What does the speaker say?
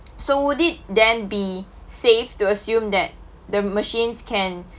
so would it then be safe to assume that the machines can